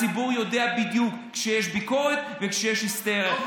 הציבור יודע בדיוק כשיש ביקורת וכשיש היסטריה.